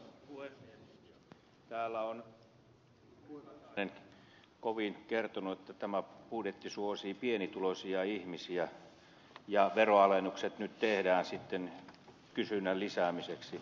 täällä valtiovarainministeri katainen on kovin kertonut että tämä budjetti suosii pienituloisia ihmisiä ja veronalennukset nyt tehdään sitten kysynnän lisäämiseksi